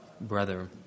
brother